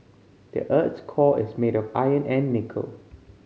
the earth's core is made of iron and nickel